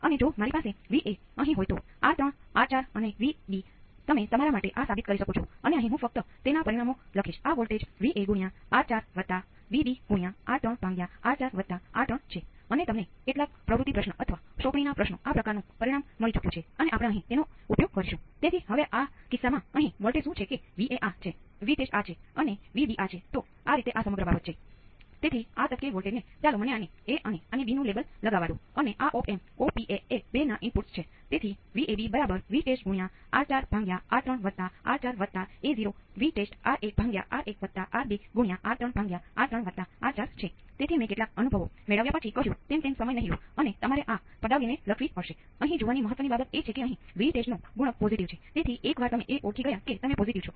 ત્યાં પગલાની બરાબર પહેલા Vc ના કેટલાક મૂલ્યો છે અને તમે તેનો ઉપયોગ 0 ના આ Vc માટે કરો છો અને આ 3 વોલ્ટ નું અંતિમ મૂલ્ય છે જેને તમે Vs માટે ઉપયોગ કરો છો